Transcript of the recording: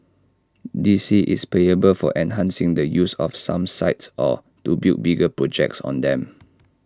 D C is payable for enhancing the use of some sites or to build bigger projects on them